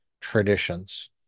traditions